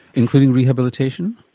including rehabilitation?